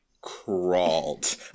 crawled